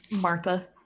Martha